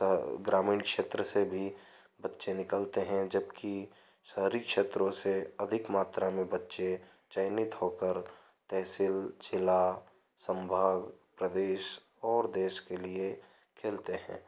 ग्रामीण क्षेत्र से भी बच्चे निकलते हैं जबकि शहरी क्षेत्रों से अधिक मात्रा में बच्चे चयनित होकर तहसील ज़िला संभाग प्रदेश और देश के लिए खेलते हैं